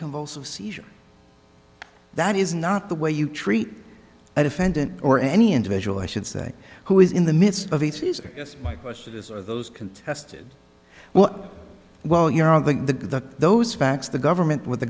compulsive seizure that is not the way you treat a defendant or any individual i should say who is in the midst of a caesar yes my question is are those contested well well you're all going to those facts the government with the